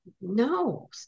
No